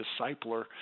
discipler